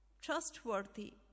trustworthy